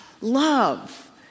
love